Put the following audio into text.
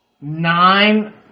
Nine